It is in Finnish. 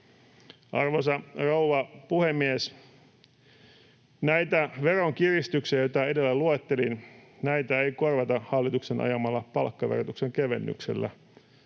Arvoisa rouva puhemies! Näitä veronkiristyksiä, joita edellä luettelin, ei korvata hallituksen ajamalla palkkaverotuksen kevennyksellä,